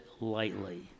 lightly